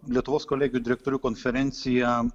lietuvos kolegijų direktorių konferencija